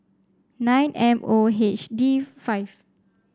nine M O H D five